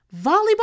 Volleyball